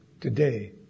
Today